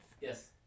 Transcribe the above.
Yes